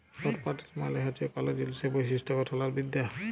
properties মালে হছে কল জিলিসের বৈশিষ্ট গঠল আর বিদ্যা